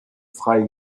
frei